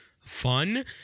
fun